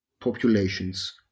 populations